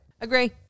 agree